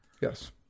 yes